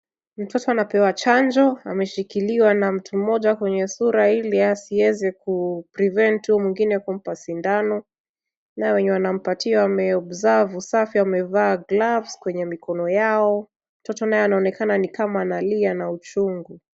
Mtoto amepewa chanjo ameshikiliwa na mtu mmoja kwenye sura ili asiweze kuprevent huyu mwengine kumpa sindano na wenye wanampatia wameobserve usafi wamevaa gloves kwenye mikono yao mtoto naye anakaa ni kama analia kwa uchungu.